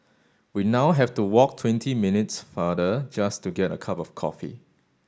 we now have to walk twenty minutes farther just to get a cup of coffee